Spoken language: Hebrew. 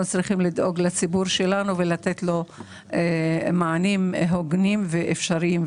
צריכים לדאוג לציבור שלנו ולתת לו מענים הוגנים ואפשריים,